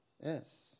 Yes